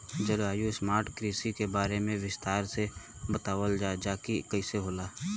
जलवायु स्मार्ट कृषि के बारे में विस्तार से बतावल जाकि कइसे होला?